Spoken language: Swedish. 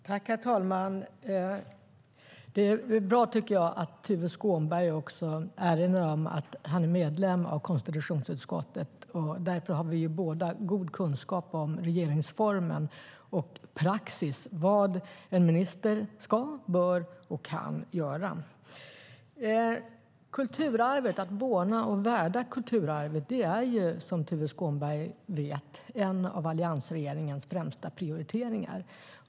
Herr talman! Det är bra, tycker jag, att Tuve Skånberg erinrar om att han är ledamot i konstitutionsutskottet. Vi har båda god kunskap om regeringsformen och praxis, vad en minister ska, bör och kan göra. Att måna om och värna kulturarvet är, som Tuve Skånberg vet, en av alliansregeringens främsta prioriteringar.